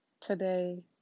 today